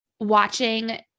watching